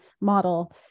model